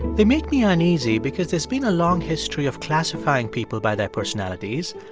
they make me uneasy because there's been a long history of classifying people by their personalities.